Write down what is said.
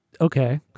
Okay